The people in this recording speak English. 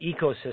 ecosystem